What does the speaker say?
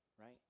right